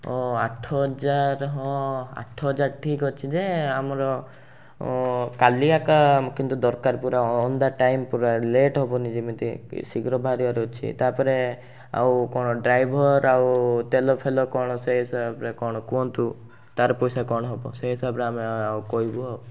ତ ଆଠହଜାର ହଁ ଆଠହଜାର ଠିକ୍ ଅଛି ଯେ ଆମର କାଲି ଏକା କିନ୍ତୁ ଦରକାର ପୁରା ଅନ୍ ଦ ଟାଇମ୍ ପୁରା ଲେଟ୍ ହେବନି ଯେମିତି ଶୀଘ୍ର ବାହାରିବାର ଅଛି ତା'ପରେ ଆଉ କ'ଣ ଡ୍ରାଇଭର ଆଉ ତେଲଫେଲ କ'ଣ ସେ ହିସାବରେ କ'ଣ କୁହନ୍ତୁ ତାର ପଇସା କ'ଣ ହେବ ସେ ହିସାବରେ ଆମେ କହିବୁ ଆଉ